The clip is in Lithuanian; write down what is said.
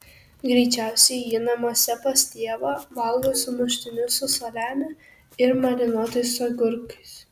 greičiausiai ji namuose pas tėvą valgo sumuštinius su saliamiu ir marinuotais agurkais